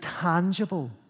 tangible